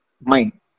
mind